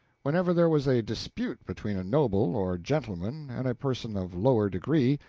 whenever there was a dispute between a noble or gentleman and a person of lower degree,